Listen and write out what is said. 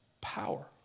power